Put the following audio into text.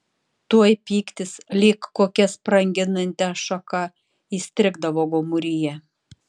tuoj pyktis lyg kokia spranginanti ašaka įstrigdavo gomuryje